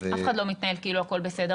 --- אף אחד לא מתנהל כאילו הכול בסדר.